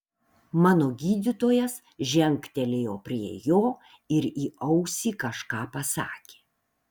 mano gydytojas žengtelėjo prie jo ir į ausį kažką pasakė